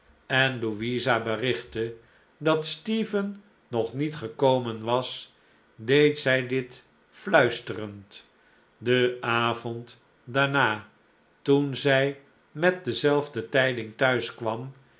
en louisa berichtte dat stephen nog niet gekomen was deed zij uit fluisterend den avond daarna toen zij met dezelfde tijding